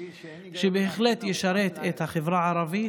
שבהחלט ישרת את החברה הערבית,